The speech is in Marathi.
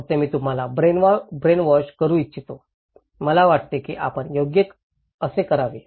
फक्त मी तुम्हाला ब्रेनवॉश करू इच्छितो मला वाटते की आपण योग्य असे करावे